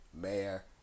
mayor